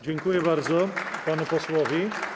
Dziękuję bardzo panu posłowi.